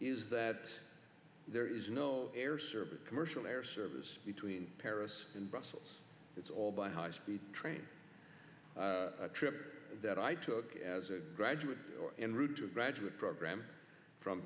is that there is no air service commercial air service between paris and brussels it's all by high speed train a trip that i took as a graduate or en route to a graduate program from